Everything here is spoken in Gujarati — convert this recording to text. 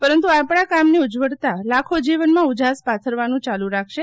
પરંતુ આપણ કામની ઉજ્જવળના લાખો જીવનમાં ઉજાસ પાથરવાનું ચાલુ રાખશે